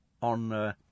on